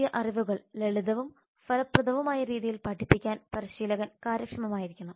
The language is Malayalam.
പുതിയ അറിവുകൾ ലളിതവും ഫലപ്രദവുമായ രീതിയിൽ പഠിപ്പിക്കാൻ പരിശീലകൻ കാര്യക്ഷമമായിരിക്കണം